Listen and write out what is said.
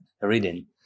reading